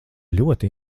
ļoti